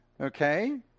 Okay